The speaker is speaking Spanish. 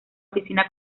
oficina